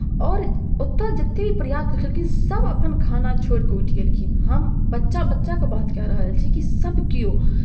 आओर ओतय जतेक छलखिन सभ अपन खाना छोड़ि कऽ उठि गेलखिन हम बच्चा बच्चाके बात कए रहल छी कि सभकेओ